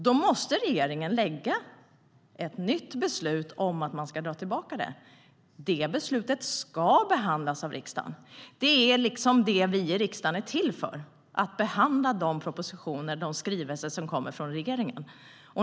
Då måste regeringen lägga fram ett nytt beslut om att man ska dra tillbaka det. Det beslutet ska behandlas av riksdagen. Det är det vi i riksdagen är till för, att behandla de propositioner och skrivelser som kommer från regeringen.